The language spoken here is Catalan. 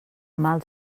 mal